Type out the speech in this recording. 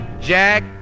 Jack